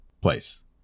place